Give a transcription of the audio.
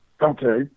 Okay